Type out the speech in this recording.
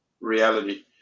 reality